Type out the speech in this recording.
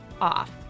off